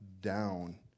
down